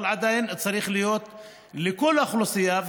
אבל עדיין הוא צריך להיות לכל האוכלוסייה,